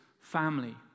family